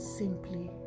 simply